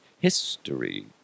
history